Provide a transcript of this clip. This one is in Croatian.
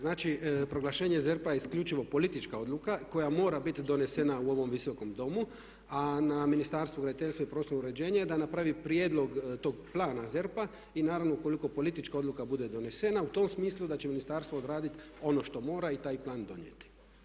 Znači proglašenje ZERP-a je isključivo politička odluka koja mora biti donesena u ovom Visokom domu, a na Ministarstvu graditeljstva i prostornog uređenja je da napravi prijedlog tog plana ZERP-a i naravno ukoliko politička odluka bude donesena u tom smislu da će ministarstvo odraditi ono što mora i taj plan donijeti.